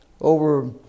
over